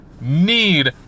need